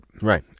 Right